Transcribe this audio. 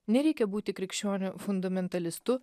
nereikia būti krikščioniu fundamentalistu